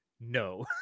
no